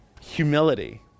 humility